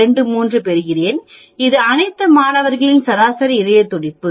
23 பெறுகிறேன் இது அனைத்து மாணவர்களின் சராசரி இதய துடிப்பு